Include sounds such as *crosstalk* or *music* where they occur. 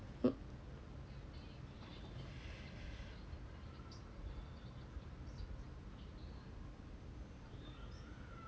mm *breath*